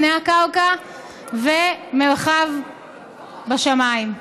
פני הקרקע ומרחב השמיים.